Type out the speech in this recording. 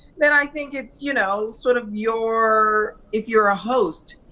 then i think it's, you know, sort of your, if you're a host,